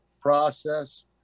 process